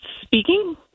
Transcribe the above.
Speaking